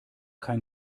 kein